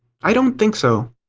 i don't think so.